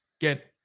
get